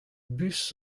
bus